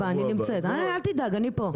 שבוע הבא אני נמצאת אל תדאג אני פה.